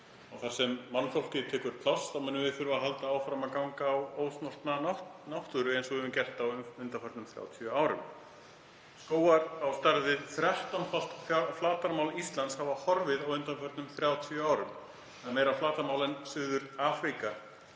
og þar sem mannfólkið tekur pláss munum við þurfa að halda áfram að ganga á ósnortna náttúru eins og við höfum gert á undanförnum 30 árum. Skógar á stærð við þrettánfalt flatarmál Íslands hafa horfið á undanförnum 30 árum, það er meira flatarmál en Suður-Afríka